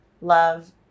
love